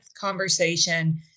conversation